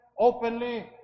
openly